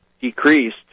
decreased